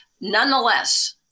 Nonetheless